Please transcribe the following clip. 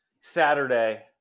Saturday